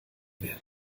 werden